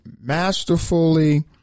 masterfully